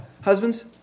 husbands